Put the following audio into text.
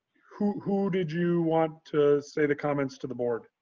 who who did you want to say the comments to the board?